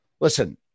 Listen